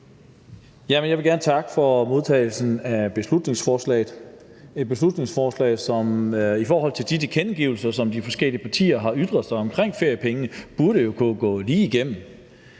Jeg vil gerne takke for modtagelsen af beslutningsforslaget. Det er et beslutningsforslag, som i forhold til de tilkendegivelser, som de forskellige partier har ytret vedrørende feriepengene, jo burde kunne gå lige igennem.